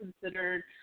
considered